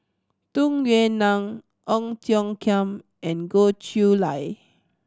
Tung Yue Nang Ong Tiong Khiam and Goh Chiew Lye